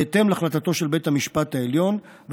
בהתאם להחלטתו של בית המשפט העליון,